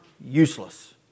useless